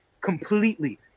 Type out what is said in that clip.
completely